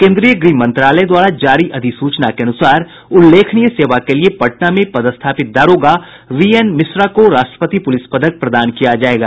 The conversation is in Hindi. केन्द्रीय गृह मंत्रालय द्वारा जारी अधिसूचना के अनुसार उल्लेखनीय सेवा के लिए पटना में पदस्थापित दारोगा बीएन मिश्रा को राष्ट्रपति पुलिस पदक प्रदान किया जायेगा